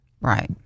right